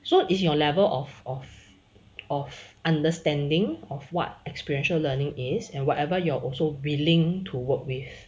so is your level of of of understanding of what experiential learning is and whatever you are also willing to work with